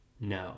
No